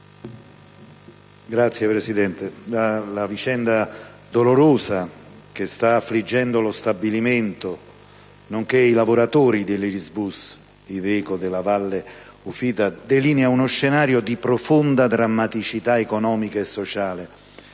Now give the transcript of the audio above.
Signora Presidente, la dolorosa vicenda che sta affliggendo lo stabilimento, nonché i lavoratori dell'Irisbus-Iveco della Valle Ufita, delinea uno scenario di profonda drammaticità economica e sociale